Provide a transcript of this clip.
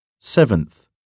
Seventh